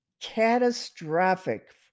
catastrophic